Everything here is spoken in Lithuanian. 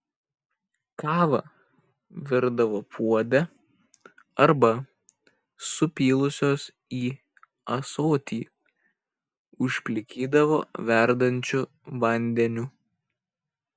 kavą virdavo puode arba supylusios į ąsotį užplikydavo verdančiu vandeniu